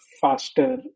faster